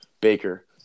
Baker